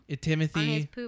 timothy